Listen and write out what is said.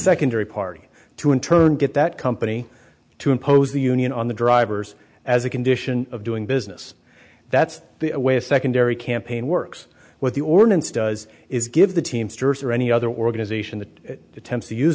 secondary party to in turn get that company to impose the union on the drivers as a condition of doing business that's the way a secondary campaign works what the ordinance does is give the teamsters or any other organization that attempts to use